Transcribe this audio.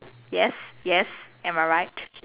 yes yes am I right